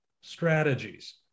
strategies